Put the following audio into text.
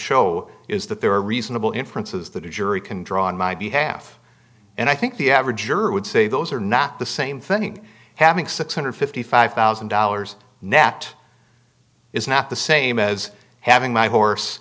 show is that there are reasonable inferences that a jury can draw on my behalf and i think the average juror would say those are not the same thing having six hundred and fifty five thousand dollars net is not the same as having my horse